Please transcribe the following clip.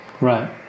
Right